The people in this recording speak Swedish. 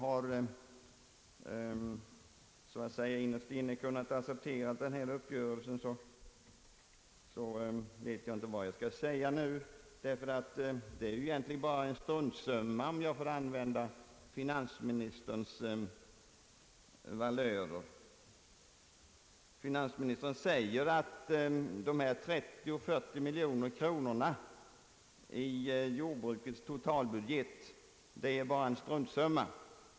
Även om jag tidigare innerst inne har kunnat acceptera denna uppgörelse, så vet jag inte vad jag nu skall säga. Ty det rör sig egentligen bara om en »struntsumma» — för att nu använda finansministerns ordvalörer. Han framhåller att dessa 30 till 40 miljoner kronor som traktorskatten gäller i jordbrukets totalbudget bara är en struntsumma.